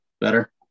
Better